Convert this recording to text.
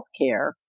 healthcare